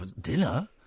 dinner